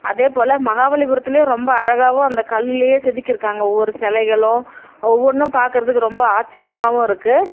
அதேபோல் மகாபலிபுரத்துலேயும் ரொம்ப அழகாகவும் அந்த கல்லுலேயே செதுக்கியிருக்காங்க ஒவ்வொரு சிலைகளும் ஒவ்வொன்றும் பார்க்கறதுக்கு ரொம்ப ஆச்சரியமாகவும் இருக்குது